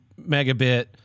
megabit